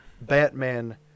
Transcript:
Batman